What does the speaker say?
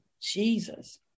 Jesus